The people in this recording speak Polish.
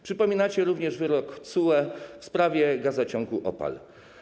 Przypominacie również wyrok TSUE w sprawie gazociągu OPAL.